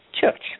church